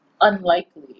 unlikely